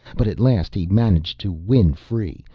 but at last he managed to win free,